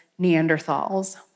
Neanderthals